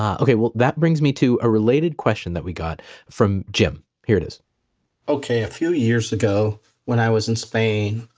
ah okay well, that brings me to a related question that we got from jim. here it is okay, a few years ago when i was in spain,